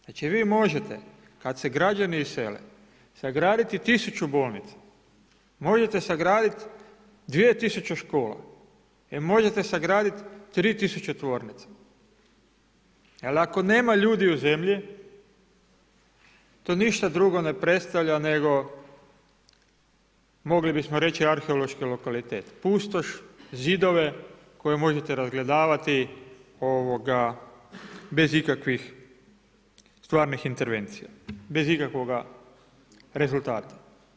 Znači vi možete kada se građani isele sagraditi 1000 bolnica, možete sagraditi 2000 škola i možete sagraditi 3000 tvornica ali ako nema ljudi u zemlji to ništa drugo ne predstavlja nego mogli bismo reći arheološki lokalitet, pustoš, zidove koje možete razgledavati bez ikakvih stvarnih intervencija, bez ikakvoga rezultata, posljedično.